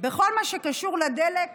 בכל מה שקשור לדלק בעולם.